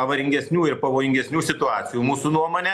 avaringesnių ir pavojingesnių situacijų mūsų nuomone